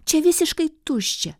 čia visiškai tuščia